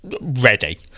ready